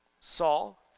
Saul